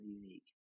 unique